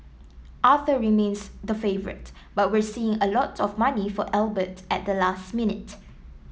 Arthur remains the favourite but we're seeing a lot of money for Albert at the last minute